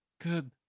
Good